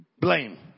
Blame